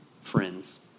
friends